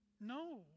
No